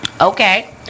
Okay